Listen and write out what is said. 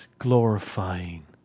glorifying